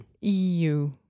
EU